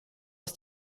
aus